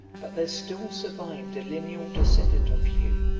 but there still survived a lineal descendant of hugh,